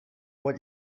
what